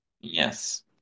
Yes